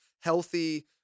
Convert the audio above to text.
healthy